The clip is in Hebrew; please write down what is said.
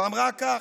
שאמרה כך: